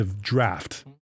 draft